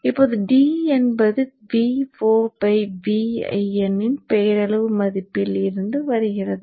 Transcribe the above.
இப்போது d என்பது Vo Vin பெயரளவு மதிப்பில் இருந்து வருகிறது